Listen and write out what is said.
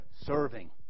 serving